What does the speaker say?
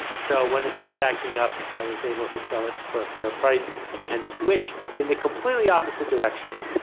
so when it started acting up, i was able to sell it for a fair price and switched, in the completely opposite direction,